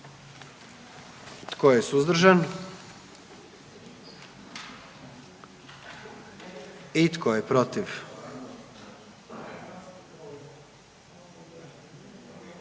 Tko je suzdržan? I tko je protiv?